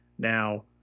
now